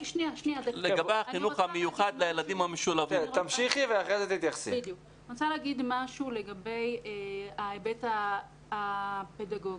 אני רוצה להגיד משהו לגבי ההיבט הפדגוגי.